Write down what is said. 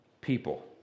people